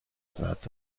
قدرت